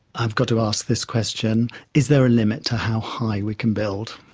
i've got to ask this question is there a limit to how high we can build?